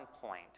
point